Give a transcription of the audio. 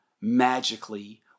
magically